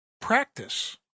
Practice